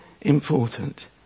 important